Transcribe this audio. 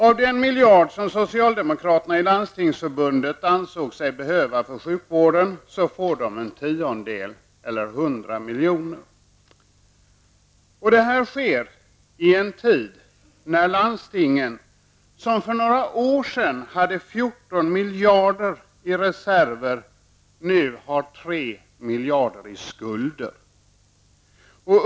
Av den miljard som socialdemokraterna i Landstingsförbundet anser sig behöva för sjukvård får de en tiondel eller 100 miljoner. Det här sker i en tid när landstingen, som för några år sedan hade 14 miljarder i reserver, nu har 3 miljarder i skulder.